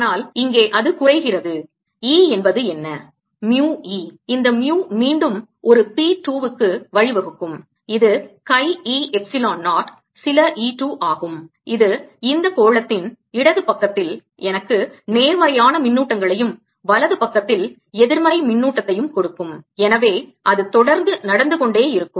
ஆனால் இங்கே அது குறைகிறது E என்பது என்ன mu E இந்த mu மீண்டும் ஒரு P 2 க்கு வழிவகுக்கும் இது chi e எப்சிலோன் 0 சில E 2 ஆகும் இது இந்த கோளத்தின் இடது பக்கத்தில் எனக்கு நேர்மறையான மின்னூட்டங்களையும் வலது பக்கத்தில் எதிர்மறை மின்னூட்டத்தையும் கொடுக்கும் எனவே அது தொடர்ந்து நடந்துகொண்டே இருக்கும்